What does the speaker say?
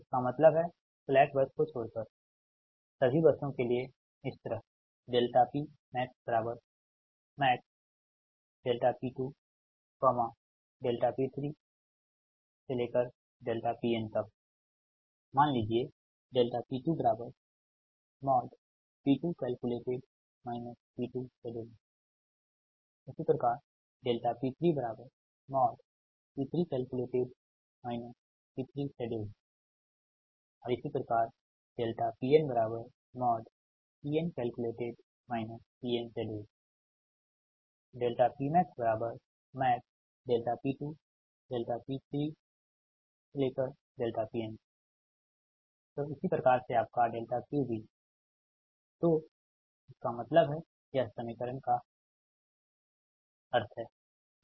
इसका मतलब है स्लैक बस को छोड़कर सभी बसों के लिए इस तरह PmaxmaxP2P3Pn मान लीजिए P2P2 calculated P2 scheduled P3P3 calculated P3 scheduled PnPn calculated Pn scheduled PmaxmaxP2P3Pn तो इसी प्रकार से आपका Q भी तो इसका मतलब है यह इस समीकरण का अर्थ है